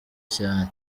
cyane